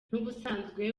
n’ubusanzwe